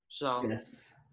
Yes